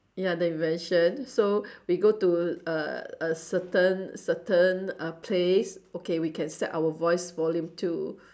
ya the invention so we go to a a certain certain uh place okay we can set our voice volume to